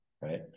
right